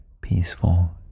peaceful